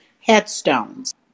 headstones